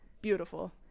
beautiful